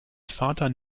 vater